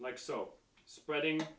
like so spreading